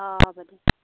অঁ হ'ব দে